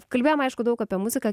kalbėjom aišku daug apie muziką